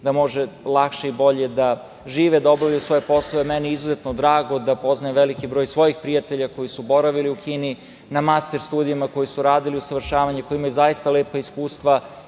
da mogu lakše i bolje da žive, da obavljaju svoje poslove. Meni je izuzetno drago da poznajem veliki broj svojih prijatelja koji su boravili u Kini na master studijama, koji su radili usavršavanje i koji imaju zaista lepa iskustva